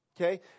Okay